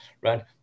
right